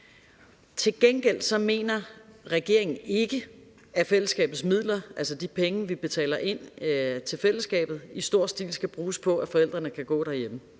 Til gengæld mener regeringen ikke, at fællesskabets midler, altså de penge, vi betaler ind til fællesskabet, i stor stil skal bruges på, at forældrene kan gå derhjemme.